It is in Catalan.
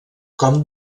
com